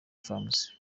farms